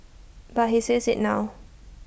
but he sees IT now